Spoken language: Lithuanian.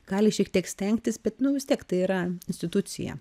gali šiek tiek stengtis bet vis tiek tai yra institucija